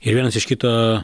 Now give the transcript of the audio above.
ir vienas iš kito